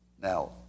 Now